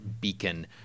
beacon